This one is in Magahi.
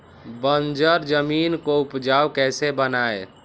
बंजर जमीन को उपजाऊ कैसे बनाय?